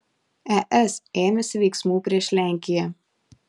es ėmėsi veiksmų prieš lenkiją